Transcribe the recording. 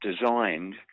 designed